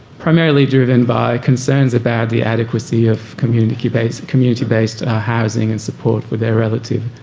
primarily driven by concerns about the adequacy of communitybased communitybased housing and support for their relative.